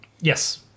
Yes